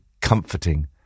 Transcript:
comforting